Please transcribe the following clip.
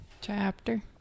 chapter